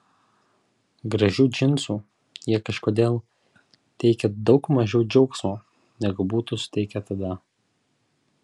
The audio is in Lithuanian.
gražių džinsų jie kažkodėl teikia daug mažiau džiaugsmo negu būtų suteikę tada